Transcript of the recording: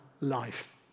life